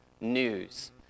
news